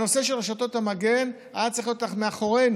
הנושא של רשתות המגן היה צריך להיות מאחורינו.